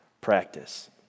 practice